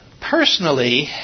Personally